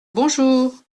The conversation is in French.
bonjour